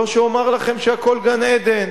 לא שאומר לכם שהכול גן-עדן,